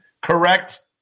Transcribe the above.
correct